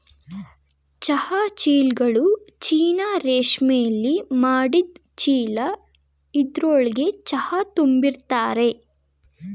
ಚಹಾ ಚೀಲ್ಗಳು ಚೀನಾ ರೇಶ್ಮೆಲಿ ಮಾಡಿದ್ ಚೀಲ ಇದ್ರೊಳ್ಗೆ ಚಹಾ ತುಂಬಿರ್ತರೆ